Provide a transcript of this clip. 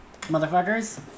motherfuckers